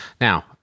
Now